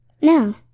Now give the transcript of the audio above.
No